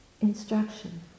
instruction